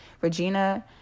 Regina